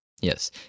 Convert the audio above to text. Yes